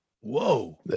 Whoa